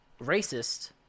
racist